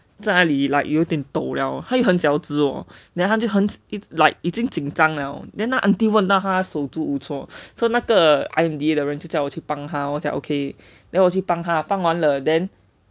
在那里 like 有点抖了她又还很小只喔:you dian dou le tae you hai hen xiao zhi o then 她就很已经紧张:tae jiu hen yi jing jin zhang liao then 那个 auntie 又问到她手足无措:you wen dao tae shou zu wu cuo so 那个 I_M_D_A 的人就叫我去帮他我讲 okay then 我去帮她帮完了:wo qu bang tae bang wan le then